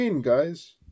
guys